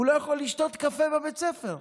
הוא לא יכול לשתות קפה בבית הספר.